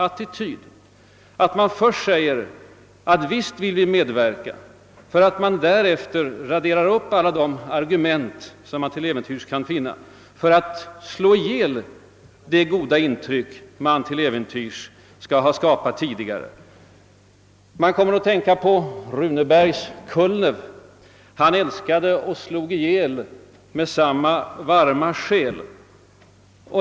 Först säger han att man visst vill medverka i europaarbetet, men därefter radar han upp alla argument som han kan finna för att slå ihjäl det goda intryck han till äventyrs kan ha skapat tidigare. Jag kommer att tänka på Runebergs Kulneff, »som älskade och slog ihjäl med samma varma själ».